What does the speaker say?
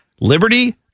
Liberty